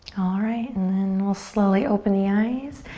alright, and then we'll slowly open the eyes,